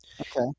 Okay